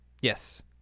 Yes